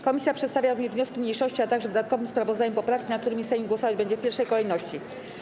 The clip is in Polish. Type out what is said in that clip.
Komisja przedstawia również wnioski mniejszości, a także w dodatkowym sprawozdaniu poprawki, nad którymi Sejm głosować będzie w pierwszej kolejności.